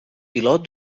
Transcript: pilot